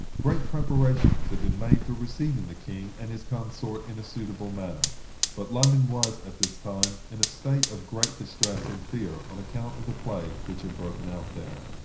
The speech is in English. great preparations had been made for receiving the king and his consort in a suitable manner but london was, at this time, in a state of great distress and fear on account of the plague which had broken out there.